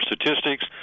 statistics